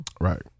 right